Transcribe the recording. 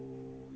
mmhmm